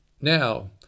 now